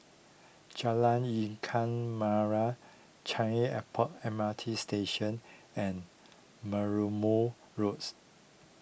Jalan Ikan Merah Changi Airport M R T Station and Merlimau Road